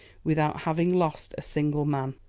without having lost a single man.